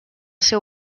seu